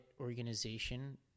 organization